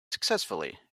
successfully